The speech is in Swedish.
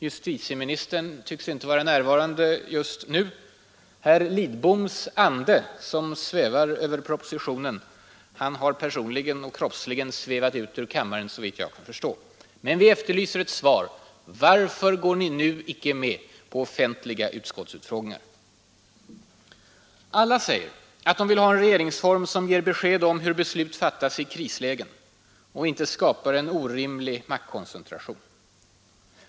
Justitieministern tycks inte vara närvarande just nu. Herr Lidbom, vars ande svävar över propositionen, har såvitt jag förstår svävat ut ur kammaren. Vi efterlyser ett svar på frågan: Varför går ni inte nu med på offentliga utskottsutfrågningar? Alla säger att de vill ha en regeringsform som ger besked om hur beslut fattas i krislägen och som inte skapar en orimlig maktkoncentration.